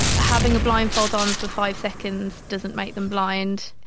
having a blindfold on for five seconds doesn't make them blind.